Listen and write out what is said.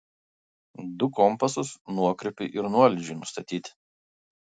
du kompasus nuokrypiui ir nuolydžiui nustatyti